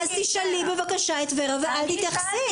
אז תשאלי, בבקשה, את ור"ה ואל תתייחסי.